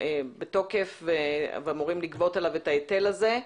בתוקף ואמורים לגבות עליו את ההיטל הזה.